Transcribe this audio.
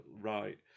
right